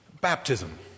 Baptism